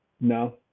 No